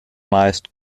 meist